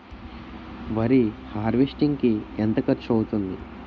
వరి హార్వెస్టింగ్ కి ఎంత ఖర్చు అవుతుంది?